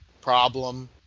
problem